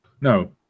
No